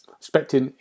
expecting